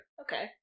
Okay